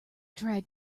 drag